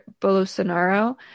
Bolsonaro